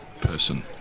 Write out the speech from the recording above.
person